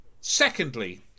Secondly